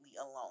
alone